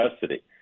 custody